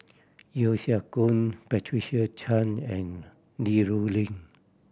Yeo Siak Goon Patricia Chan and Li Rulin